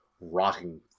rotting